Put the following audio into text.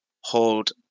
hold